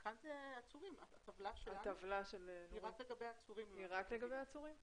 הטבלה כאן היא רק לגבי עצורים.